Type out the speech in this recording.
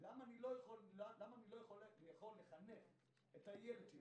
למה אנחנו לא יכולים לחנך את הילד על פי